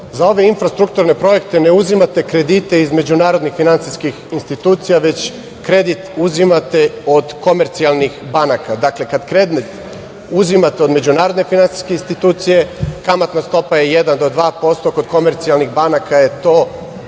za ove infrastrukturne projekte ne uzimate kredite između narodnih finansijskih institucija, već kredit uzimate od komercijalnih banaka. Dakle, kada kredit uzimate od međunarodne finansijske institucije kamatna stopa je 1% do 2%, kod komercijalnih banaka je to 8% i